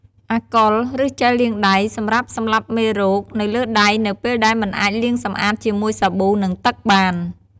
អាល់កុល ឬជែលលាងដៃ សម្រាប់ សម្លាប់មេរោគ នៅលើដៃនៅពេលដែលមិនអាចលាងសម្អាតជាមួយសាប៊ូ និងទឹកបាន។